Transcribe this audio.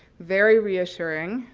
very reassuring,